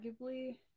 arguably